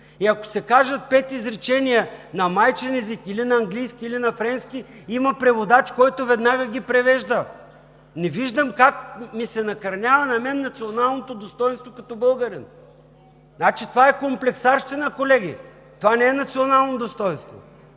и ако се кажат пет изречения на майчин език, или на английски, или на френски, има преводач, който веднага ги превежда. Не виждам как ми се накърнява на мен националното достойнство като българин. Значи това е комплексарщина, колеги! Това не е национално достойнство!